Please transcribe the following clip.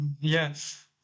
yes